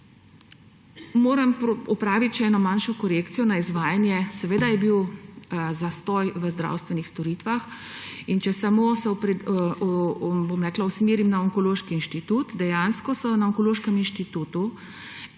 Moram opraviti še eno manjšo korekcijo na izvajanje. Seveda je bil zastoj v zdravstvenih storitvah. Če se usmerim samo na Onkološki inštitut, dejansko so na Onkološkem inštitutu